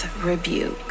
Rebuke